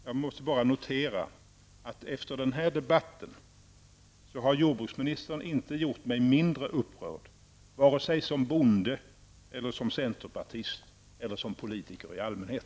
Jag måste bara notera att jordbruksministern i den här debatten inte har gjort mig mindre upprörd vare sig som bonde, centerpartist eller som politiker i allmänhet.